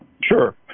Sure